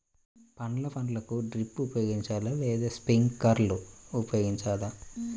పండ్ల పంటలకు డ్రిప్ ఉపయోగించాలా లేదా స్ప్రింక్లర్ ఉపయోగించాలా?